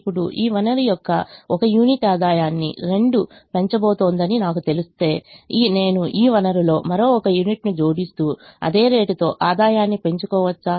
ఇప్పుడు ఈ వనరు యొక్క 1 యూనిట్ ఆదాయాన్ని 2 పెంచబోతోందని నాకు తెలిస్తే నేను ఈ వనరులో మరో 1 యూనిట్ను జోడిస్తూ అదే రేటుతో ఆదాయాన్ని పెంచుకోవచ్చా